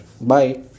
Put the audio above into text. Bye